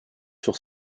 sur